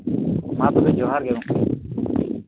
ᱢᱟ ᱛᱚᱵᱮ ᱡᱚᱦᱟᱨ ᱜᱮ ᱜᱚᱢᱠᱮ